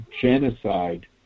genocide